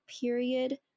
period